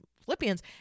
Philippians